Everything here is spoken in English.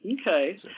Okay